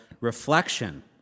reflection